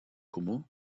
comú